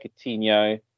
Coutinho